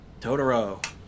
Totoro